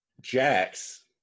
Jax